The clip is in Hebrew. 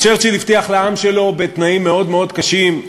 אז צ'רצ'יל הבטיח לעם שלו, בתנאים מאוד מאוד קשים,